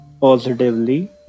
positively